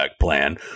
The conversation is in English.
plan